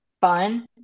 fun